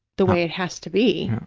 the way it has to be.